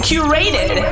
Curated